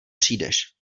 přijdeš